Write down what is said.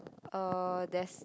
uh there's